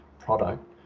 Product